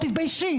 תתביישי.